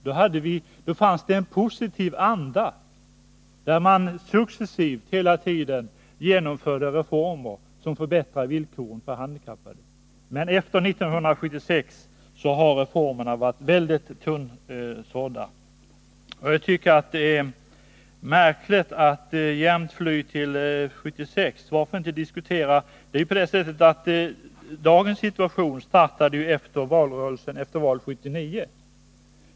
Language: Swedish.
Då fanns en positiv anda, och man genomförde successivt hela tiden reformer som förbättrade villkoren för de handikappade. Men efter 1976 har reformerna varit väldigt tunnsådda. Jag tycker att det är märkligt att man skall fly till 1976. Dagens situation uppkom efter valet 1979.